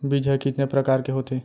बीज ह कितने प्रकार के होथे?